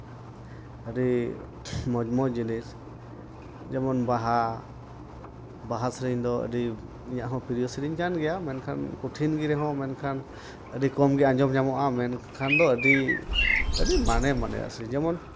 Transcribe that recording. ᱟᱹᱰᱤ ᱢᱚᱡᱽᱼᱢᱚᱡᱽ ᱡᱤᱱᱤᱥ ᱡᱮᱢᱚᱱ ᱵᱟᱦᱟ ᱵᱟᱦᱟ ᱥᱤᱨᱤᱧ ᱫᱚ ᱟᱹᱰᱤ ᱤᱧᱟᱹᱜ ᱦᱚᱸ ᱯᱨᱤᱭᱚ ᱥᱤᱨᱤᱧ ᱠᱟᱱ ᱜᱮᱭᱟ ᱢᱮᱱᱠᱷᱟᱱ ᱠᱚᱴᱷᱤᱱ ᱜᱮ ᱨᱮᱦᱚᱸ ᱢᱮᱱᱠᱷᱟᱱ ᱟᱹᱰᱤ ᱠᱚᱢ ᱜᱮ ᱟᱸᱡᱚᱢ ᱧᱟᱢᱚᱜᱼᱟ ᱢᱮᱱᱠᱷᱟᱱ ᱫᱚ ᱟᱹᱰᱤ ᱟᱹᱰᱤ ᱢᱟᱱᱮ ᱢᱟᱱᱮᱜᱼᱟ ᱥᱮ ᱡᱮᱢᱚᱱ